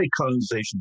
colonization